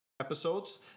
episodes